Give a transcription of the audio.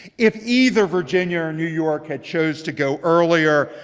if either virginia or new york had chose to go earlier,